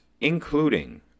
including